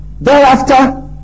Thereafter